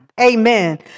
Amen